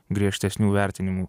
griežtesnių vertinimų